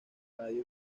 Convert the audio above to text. radio